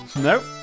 Nope